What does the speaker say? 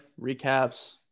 Recaps